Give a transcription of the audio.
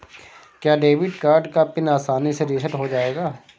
क्या debit card का PIN आसानी से रीसेट हो जाएगा?